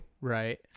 right